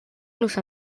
los